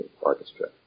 Orchestra